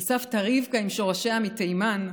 של סבתא רבקה עם שורשיה מתימן.